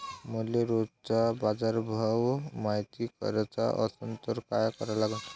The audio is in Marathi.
मले रोजचा बाजारभव मायती कराचा असन त काय करा लागन?